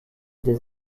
des